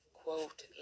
quote